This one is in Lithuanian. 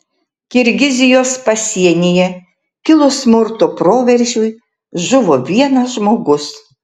kirgizijos pasienyje kilus smurto proveržiui žuvo vienas žmogus